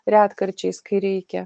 retkarčiais kai reikia